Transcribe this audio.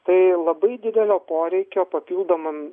tai labai didelio poreikio papildomam